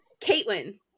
Caitlin